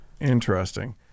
Interesting